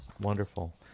wonderful